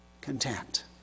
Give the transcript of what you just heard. content